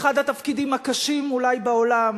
אחד התפקידים הקשים אולי בעולם